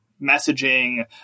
messaging